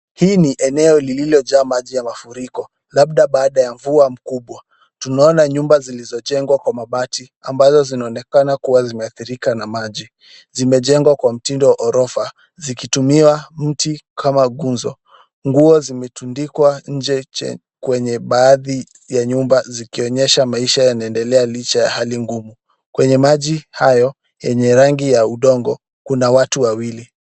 Hii ni eneo lililojaa maji ya mafuriko labda baada ya mvua mkubwa. Tunaona nyumba zilizojengwa kwa mabati ambazo zinaonekana kuwa zimeathirika na maji. Zimejengwa kwa mtindo wa ghorofa zikitumia mti kama nguzo. Nguo zimetundikwa nje kwenye baadhi ya nyumba zikionyesha maisha yanaendelea licha ya hali ngumu. Kwenye maji hayo yenye rangi ya udongo kuna watu wawili.